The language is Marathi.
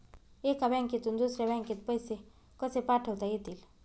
एका बँकेतून दुसऱ्या बँकेत पैसे कसे पाठवता येतील?